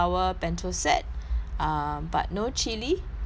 um but no chili and uh